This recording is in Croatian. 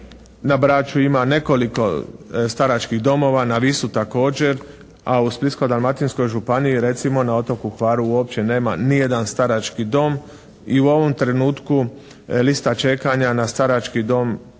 na Braču ima nekoliko staračkih domova, na Visu također, a u Splitsko-dalmatinskoj županiji recimo na otoku Hvaru uopće nema ni jedan starački dom i u ovom trenutku lista čekanja na starački dom